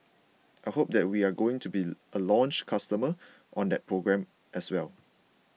I hope that we're going to be a launch customer on that program as well